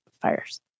fires